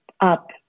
up